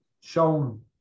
shown